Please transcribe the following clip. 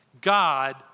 God